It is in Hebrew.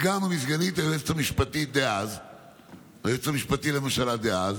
הם קיבלו מכתב מסגן או מסגנית היועץ המשפטי לממשלה דאז